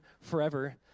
forever